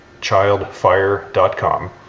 childfire.com